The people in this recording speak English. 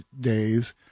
days